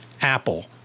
Apple